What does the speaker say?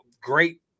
great